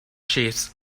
ships